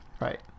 Right